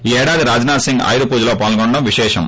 ఈ ఏడాది రాజ్నాథ్ సింగ్ ఆయుధ పూజలో పాల్గొనడం విశేషం